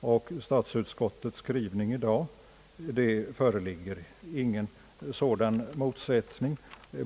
och statsutskottets majoritets skrivning i dag. Det föreligger ingen sådan motsättning.